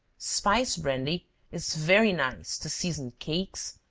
spice brandy is very nice to season cakes,